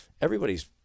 everybody's